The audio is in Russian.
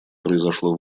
произошло